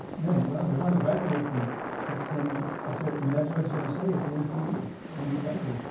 then, well they wanna graduate from texas a and m. i said and that's what it's gonna say at the end of two years when you graduate.